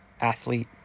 athlete